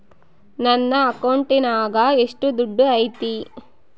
ನನ್ನ ಅಕೌಂಟಿನಾಗ ಎಷ್ಟು ದುಡ್ಡು ಐತಿ?